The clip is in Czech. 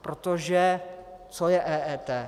Protože co je EET?